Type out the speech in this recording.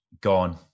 Gone